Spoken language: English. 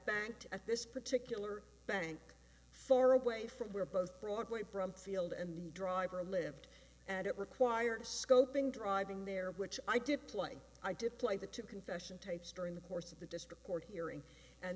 bank at this particular bank far away from where both broadway brumfield and the driver lived and it requires scoping driving there which i deployed i deployed the two confession tapes during the course of the district court hearing and